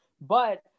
But-